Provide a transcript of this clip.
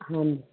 ਹਾਂਜੀ